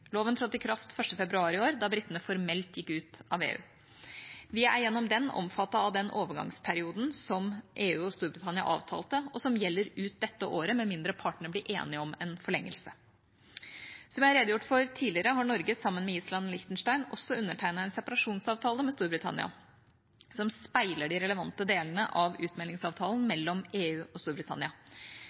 Loven trådte i kraft 1. februar i år, da britene formelt gikk ut av EU. Vi er gjennom den omfattet av den overgangsperioden som EU og Storbritannia avtalte, som gjelder ut dette året med mindre partene blir enige om en forlengelse. Som jeg har redegjort for tidligere, har Norge, sammen med Island og Liechtenstein, også undertegnet en separasjonsavtale med Storbritannia som speiler de relevante delene av utmeldingsavtalen mellom EU og Storbritannia,